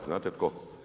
Znate tko?